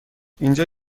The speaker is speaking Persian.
اینجا